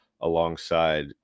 alongside